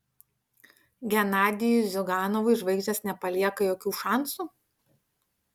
genadijui ziuganovui žvaigždės nepalieka jokių šansų